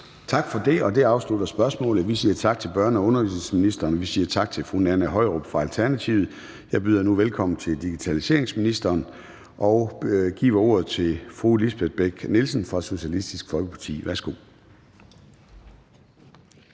Tak for det. Det afslutter spørgsmålet. Vi siger tak til børne- og undervisningsministeren, og vi siger tak til fru Nanna Høyrup fra Alternativet. Jeg byder nu velkommen til digitaliseringsministeren og giver ordet til fru Lisbeth Bech-Nielsen fra Socialistisk Folkeparti. Kl.